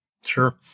Sure